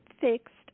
fixed